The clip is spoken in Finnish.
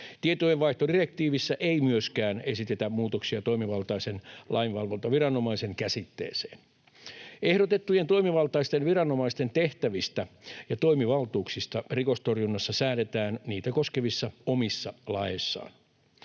Tietojenvaihtodirektiivissä ei myöskään esitetä muutoksia toimivaltaisen lainvalvontaviranomaisen käsitteeseen. Ehdotettujen toimivaltaisten viranomaisten tehtävistä ja toimivaltuuksista rikostorjunnassa säädetään niitä koskevissa omissa laeissaan.